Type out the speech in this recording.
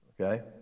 okay